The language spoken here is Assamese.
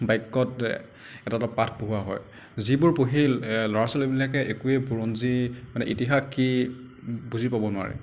বাক্য়ত এটা এটা পাঠ পঢ়োৱা হয় যিবোৰ পঢ়ি ল'ৰা ছোৱালীবিলাকে একোৱেই বুৰঞ্জী মানে ইতিহাস কি বুজি পাব নোৱাৰে